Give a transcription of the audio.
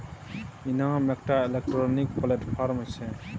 इनाम एकटा electronic platform छै